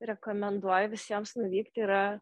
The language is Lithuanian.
rekomenduoju visiems nuvykti yra